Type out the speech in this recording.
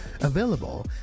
available